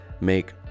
make